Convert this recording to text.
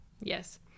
yes